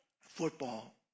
football